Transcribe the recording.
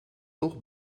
toch